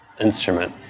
instrument